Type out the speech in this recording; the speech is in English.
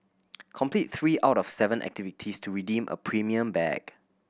complete three out of seven activities to redeem a premium bag